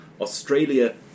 Australia